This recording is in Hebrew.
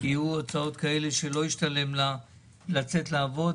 יהיו הוצאות כאלו שלא ישתלם לה לצאת לעבוד.